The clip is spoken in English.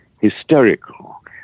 hysterical